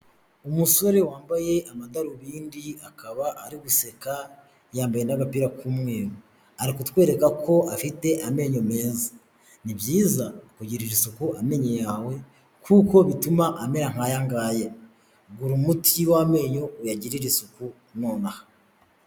Umusore wambaye amadarubindi akaba ari guseka yambaye n'agapira k'umweru ari kutwereka ko afite amenyo meza. Ni byiza kugiririra isuku amenyo yawe kuko bituma amera nk'aya ngaya. Gura umuti w'amenyo uyagirire isuku nonaha.